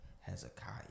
Hezekiah